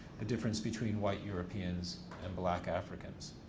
the difference between white europeans and black africans.